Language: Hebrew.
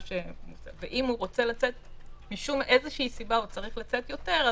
אם מאיזה סיבה הוא צריך לצאת יותר,